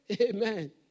amen